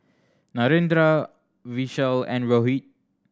Narendra Vishal and Rohit